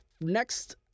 next